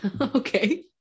Okay